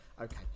Okay